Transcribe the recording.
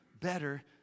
better